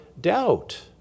doubt